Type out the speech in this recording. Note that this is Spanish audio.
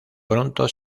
pronto